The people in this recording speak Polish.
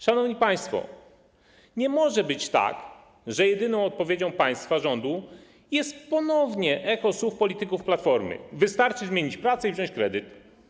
Szanowni państwo, nie może być tak, że jedyną odpowiedzią państwa rządu jest ponownie echo słów polityków Platformy: wystarczy zmienić pracę i wziąć kredyt.